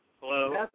Hello